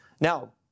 Now